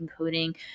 encoding